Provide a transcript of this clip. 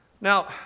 Now